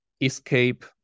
escape